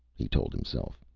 he told himself.